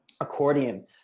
accordion